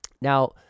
Now